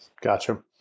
Gotcha